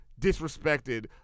disrespected